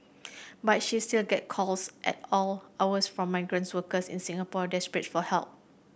but she still gets calls at all hours from migrant workers in Singapore desperate for help